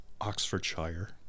Oxfordshire